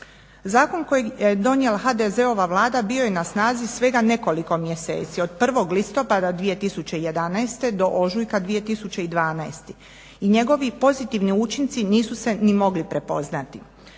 Zakon kojeg je donijela HDZ-ova Vlada bio je na snazi svega nekoliko mjeseci, od 1. listopada 2011. do ožujka 2012. i njegovi pozitivni učinci nisu se ni mogli prepoznati.